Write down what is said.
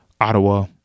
Ottawa